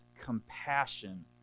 compassion